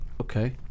Okay